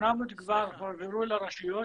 800 כבר הועברו לרשויות,